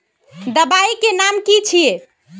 दबाई के नाम की छिए?